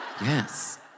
Yes